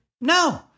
No